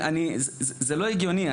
זה לא הגיוני.